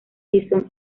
bison